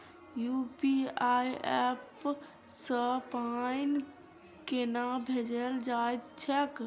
UPI app सँ पाई केना भेजल जाइत छैक?